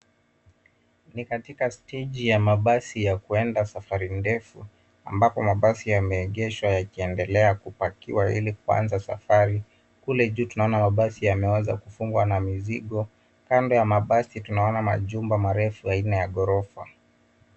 Ni katika steji ya mabasi ya kuenda safari ndefu, ambapo mabasi yameegeshwa yakiendelea kupakiwa ili kuanza safari. Kule juu tunaona mabasi yameweza kufungwa na mizigo. Kando ya mabasi tunaona majumba marefu aina ya ghorofa.